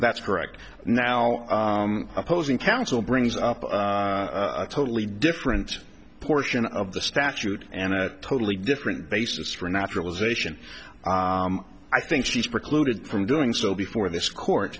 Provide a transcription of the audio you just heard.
that's correct now opposing counsel brings up a totally different portion of the statute and a totally different basis for naturalization i think she's precluded from doing so before